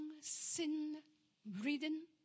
sin-ridden